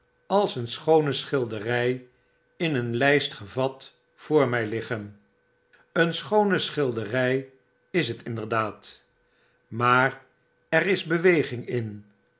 als een schoone schildery in een ljjst gevat voor mij liggen een schoone schilderij is het inderdaad maar er is bewegingin